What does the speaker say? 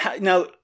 Now